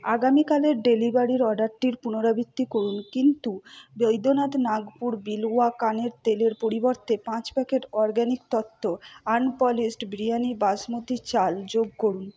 আগামীকালের ডেলিভারির অর্ডারটির পুনরাবৃত্তি করুন কিন্তু বৈদ্যনাথ নাগপুর বিলওয়া কানের তেলের পরিবর্তে পাঁচ packet organic Tattva unpolished biryani basmati চাল যোগ করুন